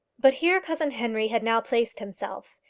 but here cousin henry had now placed himself,